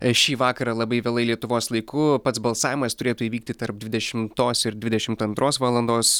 šį vakarą labai vėlai lietuvos laiku pats balsavimas turėtų įvykti tarp dvidešimtos ir dvidešimt antros valandos